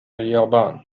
اليابان